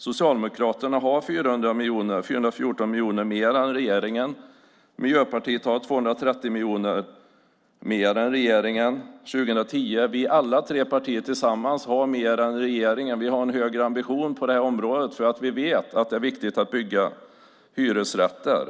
Socialdemokraterna har 414 miljoner mer än regeringen. Miljöpartiet har 230 miljoner mer än regeringen 2010. Vi alla tre partier tillsammans har mer än regeringen. Vi har en högre ambition på det här området. Vi vet att det är viktigt att bygga hyresrätter.